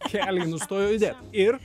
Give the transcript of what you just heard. keliai nustojo judėt ir